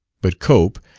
but cope,